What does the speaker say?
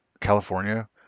California